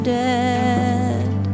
dead